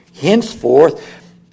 henceforth